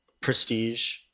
prestige